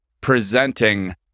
presenting